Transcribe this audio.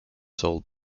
sold